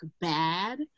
bad